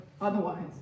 otherwise